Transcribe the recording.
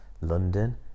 London